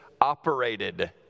operated